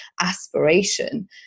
aspiration